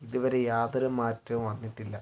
ഇതുവരെ യാതൊരു മാറ്റവും വന്നിട്ടില്ല